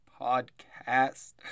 Podcast